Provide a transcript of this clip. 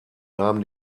nahm